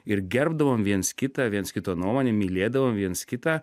ir gerbdavom viens kitą viens kito nuomonę mylėdavom viens kitą